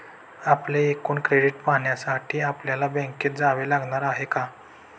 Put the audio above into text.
आपले एकूण क्रेडिट पाहण्यासाठी आपल्याला बँकेत जावे लागणार आहे का?